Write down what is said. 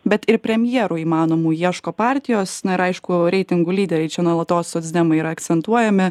bet ir premjerų įmanomų ieško partijos na ir aišku reitingų lyderiai čia nuolatos socdemai yra akcentuojami